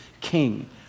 king